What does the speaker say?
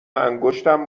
انگشتم